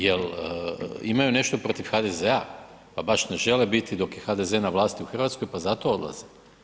Je li imaju nešto protiv HDZ-a pa baš ne žele biti dok je HDZ na vlasti u Hrvatskoj pa zato odlaze?